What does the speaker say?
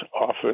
office